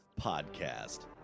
podcast